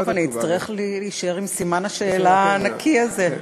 טוב, אני אצטרך להישאר עם סימן השאלה הענקי הזה.